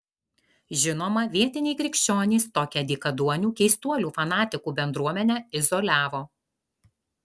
žinoma vietiniai krikščionys tokią dykaduonių keistuolių fanatikų bendruomenę izoliavo